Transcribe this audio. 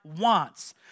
wants